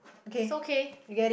it's okay